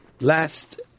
last